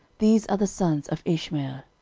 these are the sons of ishmael.